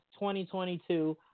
2022